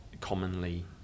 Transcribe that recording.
commonly